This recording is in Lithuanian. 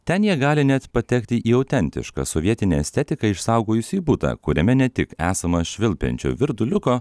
ten jie gali net patekti į autentišką sovietinę estetiką išsaugojusį butą kuriame ne tik esama švilpiančio virduliuko